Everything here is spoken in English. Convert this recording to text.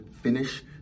finish